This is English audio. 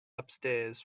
upstairs